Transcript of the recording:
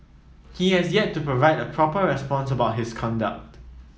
he has yet to provide a proper response about his conduct